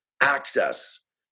access